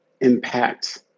impact